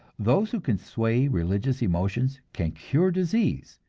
those who can sway religious emotions can cure disease,